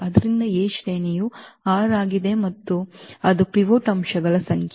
ಆದ್ದರಿಂದ A ಶ್ರೇಣಿಯು r ಆಗಿದೆ ಅದು ಪಿವೋಟ್ ಅಂಶಗಳ ಸಂಖ್ಯೆ